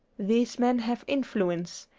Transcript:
these men have influence,